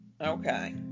okay